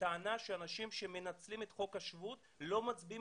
בטענה שאנשים שמנצלים את חוק השבות לא מצביעים